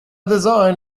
design